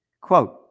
quote